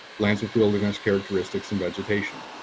lands with wilderness characteristics, and vegetation.